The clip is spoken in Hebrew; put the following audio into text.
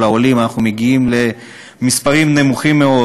אנחנו מגיעים למספרים נמוכים מאוד.